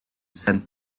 sent